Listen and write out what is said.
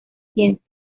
ciencias